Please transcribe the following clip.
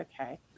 Okay